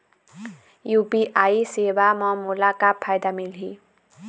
UPI सेवा म मोला का फायदा मिलही?